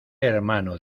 hermano